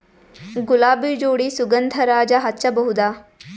ಗುಲಾಬಿ ಜೋಡಿ ಸುಗಂಧರಾಜ ಹಚ್ಬಬಹುದ?